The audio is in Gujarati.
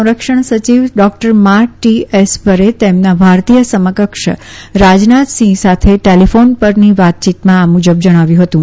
સંરક્ષણ સચિવ ડોકટર માર્ક ટી એસપરે તેમના ભારતીય સમકક્ષ રાજનાથસિંહ સાથે ટેલીફોન પરની વાતચીતમાં આ મુજબ જણાવ્યું હતું